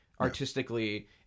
artistically